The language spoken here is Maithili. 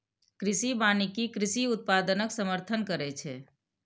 कृषि वानिकी कृषि उत्पादनक समर्थन करै छै